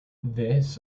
this